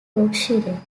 yorkshire